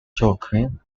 joaquin